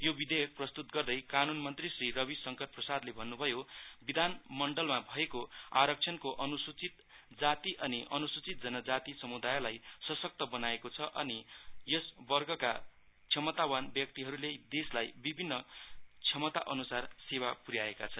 यो विधेयक प्रस्तुत गर्दै कानून मन्त्री श्री रवी शंकर प्रसादले भन्नुभयो विधान मण्डलमा भएको आरक्षणले अनुसूचित जाति अनि अनुसूचित जनजाति सम्दयलाई सशक्त बनाएको छ अनि यसवर्षका क्षमतावान व्यक्तिहरुले देशलाई विभिन्न क्षमता अनुसार सेवा पुराएका छन्